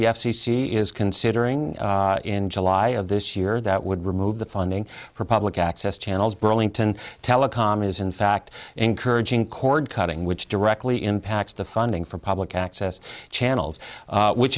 the f c c is considering in july of this year that would remove the funding for public access channels burlington telecom is in fact encouraging cord cutting which directly impacts the funding for public access channels which